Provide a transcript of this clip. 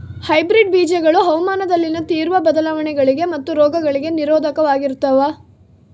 hybrid ಬೇಜಗಳು ಹವಾಮಾನದಲ್ಲಿನ ತೇವ್ರ ಬದಲಾವಣೆಗಳಿಗೆ ಮತ್ತು ರೋಗಗಳಿಗೆ ನಿರೋಧಕವಾಗಿರ್ತವ